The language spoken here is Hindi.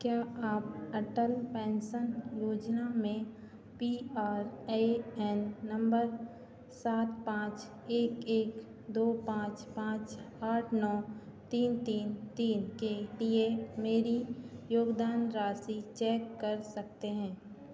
क्या आप अटल पेन्शन योजना में P R A N number सात पाँच एक एक दो पाँच पाँच आठ नौ तीन तीन तीन के लिए मेरी योगदान राशि चेक कर सकते हैं